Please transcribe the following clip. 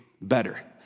better